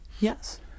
Yes